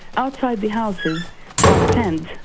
outside the houses was tents,